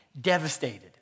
devastated